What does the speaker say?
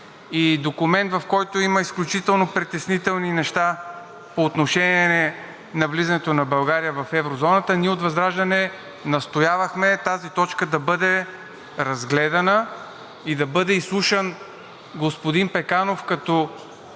е документ, в който има изключително притеснителни неща по отношение влизането на България в еврозоната, ние от ВЪЗРАЖДАНЕ настоявахме тази точка да бъде разгледана и да бъде изслушан господин Пеканов като